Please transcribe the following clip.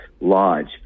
lodge